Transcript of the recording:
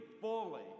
fully